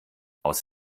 aus